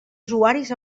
usuaris